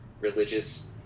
religious